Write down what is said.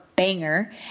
banger